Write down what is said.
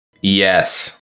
Yes